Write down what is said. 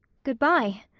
good-bye,